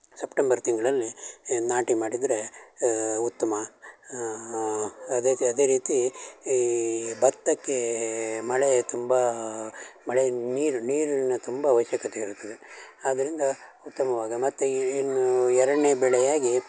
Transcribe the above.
September ತಿಂಗಳಲ್ಲಿ ನಾಟಿ ಮಾಡಿದರೆ ಉತ್ತಮ ಅದೆ ತಿ ಅದೇ ರೀತಿ ಈ ಭತ್ತಕ್ಕೆ ಮಳೆ ತುಂಬ ಮಳೆ ನೀರು ನೀರಿನ ತುಂಬ ಅವಶ್ಯಕತೆ ಇರುತ್ತದೆ ಆದ್ದರಿಂದ ಉತ್ತಮವಾದ ಮತ್ತು ಇನ್ನೂ ಎರಡನೇ ಬೆಳೆಯಾಗಿ